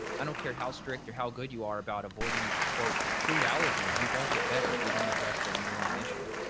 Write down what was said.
i don't care how strict or how good you are about avoiding, quote, food allergens, you won't get better if you don't address the underlying issue.